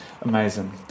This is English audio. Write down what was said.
Amazing